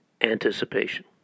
anticipation